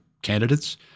candidates